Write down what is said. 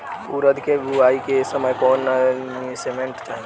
उरद के बुआई के समय कौन नौरिश्मेंट चाही?